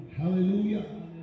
hallelujah